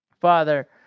Father